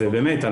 ובאמת,